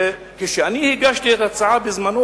כשאני הגשתי את ההצעה בזמני,